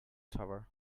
tower